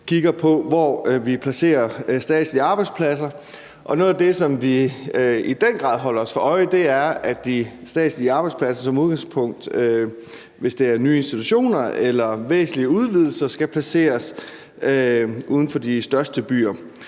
kigger på, hvor vi placerer statslige arbejdspladser. Noget af det, som vi i den grad holder os for øje, er, at de statslige arbejdspladser som udgangspunkt, hvis det er nye institutioner eller væsentlige udvidelser, skal placeres uden for de største byer.